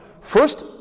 First